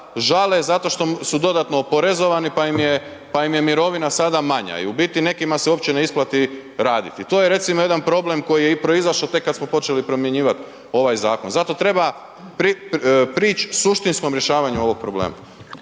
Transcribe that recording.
žale zato što su dodatno oporezovani pa im je mirovina sada manja. I u biti, nekima se uopće ne isplati raditi i to je recimo, jedan problem koji je i proizašao tek kad smo počeli promjenjivati ovaj zakon. Zato treba prići suštinskom rješavanju ovog problema.